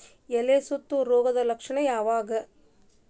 ಎಲೆ ಸುತ್ತು ರೋಗದ ಲಕ್ಷಣ ಯಾವ್ಯಾವ್?